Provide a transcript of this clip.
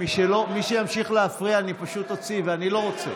מי שימשיך להפריע אני פשוט אוציא, ואני לא רוצה.